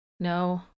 No